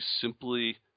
simply